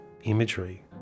imagery